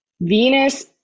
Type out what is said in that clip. Venus